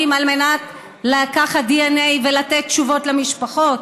על מנת לקחת דנ"א ולתת תשובות למשפחות.